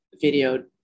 video